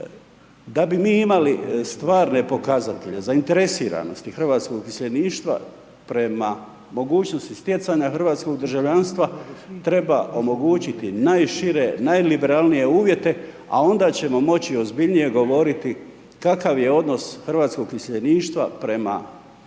Da bi mi imali stvarne pokazatelje, zainteresiranosti hrvatskog iseljeništva prema mogućnosti stjecanja hrvatskog državljanstva treba omogućiti najšire, najliberalnije uvjete a onda ćemo moći ozbiljnije govoriti kakav je odnos hrvatskog iseljeništva prema povratku